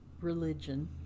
Religion